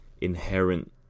inherent